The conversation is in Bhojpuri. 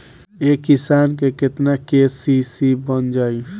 एक किसान के केतना के.सी.सी बन जाइ?